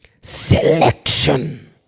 selection